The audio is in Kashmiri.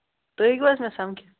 تُہۍ ہیٚکِو حظ مےٚ سَمکھِتھ